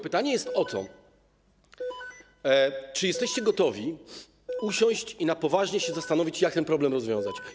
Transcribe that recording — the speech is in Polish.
Pytanie jest o to, czy jesteście gotowi usiąść i na poważnie się zastanowić, jak ten problem rozwiązać.